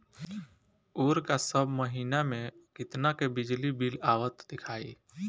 ओर का सब महीना में कितना के बिजली बिल आवत दिखाई